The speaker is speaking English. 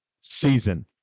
season